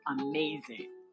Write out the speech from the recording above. amazing